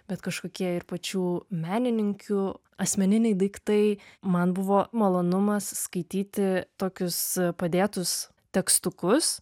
bet kažkokie ir pačių menininkių asmeniniai daiktai man buvo malonumas skaityti tokius padėtus tekstukus